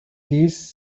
this